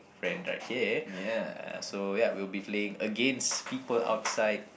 friend right here uh so ya we'll be playing against people outside